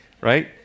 right